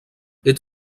est